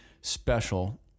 special